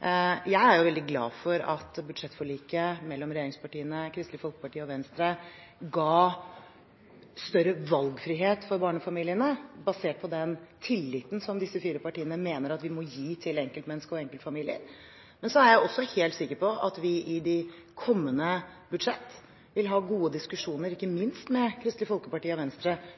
Jeg er veldig glad for at budsjettforliket mellom regjeringspartiene, Kristelig Folkeparti og Venstre ga større valgfrihet for barnefamiliene, basert på den tilliten som disse fire partiene mener at vi må gi til enkeltmennesker og enkeltfamilier. Men jeg er også helt sikker på at vi i forbindelse med de kommende budsjetter vil ha gode diskusjoner, ikke minst med Kristelig Folkeparti og Venstre,